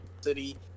city